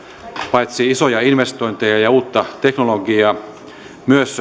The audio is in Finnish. paitsi isoja investointeja ja ja uutta teknologiaa myös